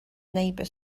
neighbor